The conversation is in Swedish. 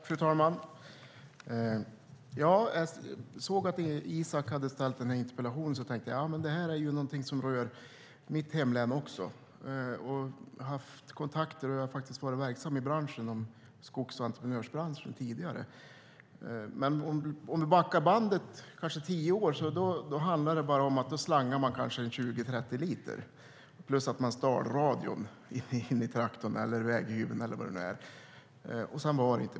Fru talman! När jag såg att Isak From hade ställt den här interpellationen tänkte jag att den gäller något som rör också mitt hemlän. Jag har själv tidigare varit verksam i skogsentreprenörsbranschen och haft kontakter. Vi kan backa bandet säg tio år. Då handlade det om att man slangade kanske 20 eller 30 liter bränsle. Dessutom stal man radion i traktorn, väghyveln eller vad det nu var.